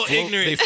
ignorant